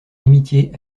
amitié